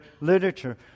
literature